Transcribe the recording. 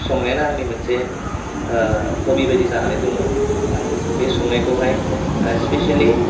संनायानो आंनि मोनसे हबि बायदि जानानै दङो आं बे संनायखौहाय स्पिसेलि